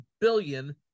billion